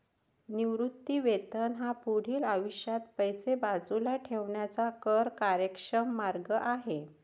निवृत्ती वेतन हा पुढील आयुष्यात पैसे बाजूला ठेवण्याचा कर कार्यक्षम मार्ग आहे